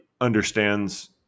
understands